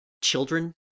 children